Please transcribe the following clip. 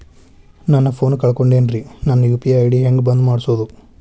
ನನ್ನ ಫೋನ್ ಕಳಕೊಂಡೆನ್ರೇ ನನ್ ಯು.ಪಿ.ಐ ಐ.ಡಿ ಹೆಂಗ್ ಬಂದ್ ಮಾಡ್ಸೋದು?